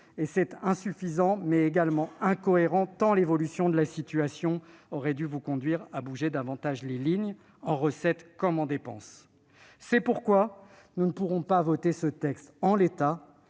et c'est insuffisant, mais également incohérent tant l'évolution de la situation aurait dû vous conduire à bouger davantage les lignes, en recettes comme en dépenses. C'est pourquoi le groupe Socialiste, Écologiste